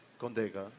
Condega